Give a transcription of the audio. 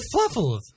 Fluffles